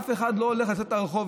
אף אחד לא הולך לצאת לרחוב,